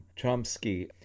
chomsky